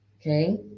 Okay